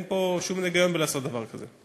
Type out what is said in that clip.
אין פה שום היגיון, לעשות דבר כזה.